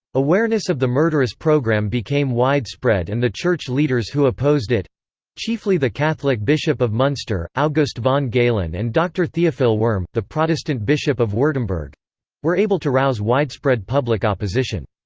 awareness of the murderous programme became widespread and the church leaders who opposed it chiefly the catholic bishop of munster, august von galen and dr theophil wurm, the protestant bishop of wurttemberg were able to rouse widespread public opposition.